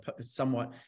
somewhat